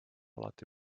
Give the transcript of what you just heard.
alati